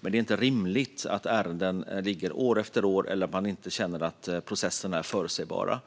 Men det är inte rimligt att ärenden ligger år efter år eller att man känner att processerna inte är förutsägbara.